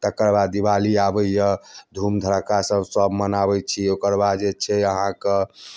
तकर बाद दि वाली आबैया धूम धड़क्कासँ सब मनाबैत छी ओकर बाद जे छै अहाँ कऽ